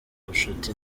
ubucuti